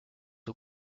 aux